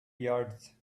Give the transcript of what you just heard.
yards